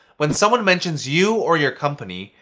when someone mentions you or your company,